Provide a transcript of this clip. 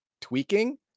tweaking